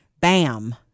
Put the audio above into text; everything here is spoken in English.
bam